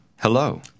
Hello